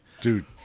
Dude